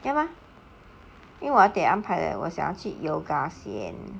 因为我得安排我想去 yoga 先